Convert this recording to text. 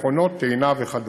מכונות טעינה וכדומה.